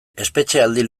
espetxealdi